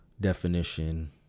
definition